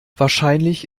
wahrscheinlich